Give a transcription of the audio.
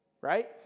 Right